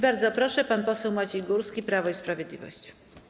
Bardzo proszę, pan poseł Maciej Górski, Prawo i Sprawiedliwość.